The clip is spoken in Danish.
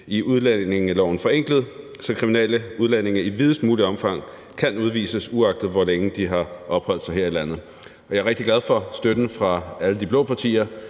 i udlændingeloven forenklet, så kriminelle udlændinge i videst muligt omfang kan udvises, uagtet hvor længe de har opholdt sig her i landet. Jeg er rigtig glad for støtten fra alle de blå partier